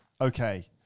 Okay